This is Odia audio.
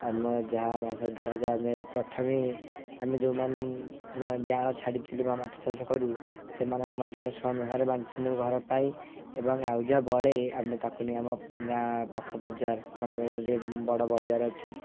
ଆମର ଯାହା ମାଛ ଧରାଯାଏ ଆମେ ପ୍ରଥମେ ଆମେ ଯେଉଁ ମାନେ ଯାଆଁଳ ଛାଡ଼ିଥିଲୁ ବା ମାଛ ଚାଷ କରୁ ସେମାନଙ୍କ ମଧ୍ୟରେ ସମ ଭାବରେ ବାଣ୍ଟି ନେଉ ଘର ପାଇଁ ଏବଂ ଆଉ ଯାହା ବଳେ ଆମେ ତାକୁ ନେଇ ଆମ ଗାଁ ପାଖ ବଜାର ଆମର ଗୋଟିଏ ବଡ଼ ବଜାର ଅଛି